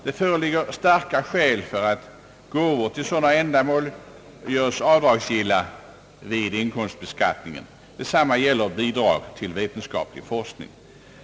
Det föreligger starka skäl för att gåvor till sådana ändamål görs avdragsgilla vid inkomstbeskattningen. Detsamma gäller bidrag till vetenskaplig forskning.